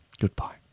goodbye